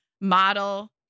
model